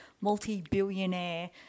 multi-billionaire